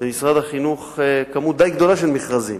במשרד החינוך כמות די גדולה של מכרזים.